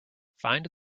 find